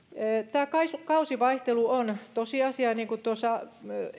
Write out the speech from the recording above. tämä kausivaihtelu on tosiasia niin kuin tuossa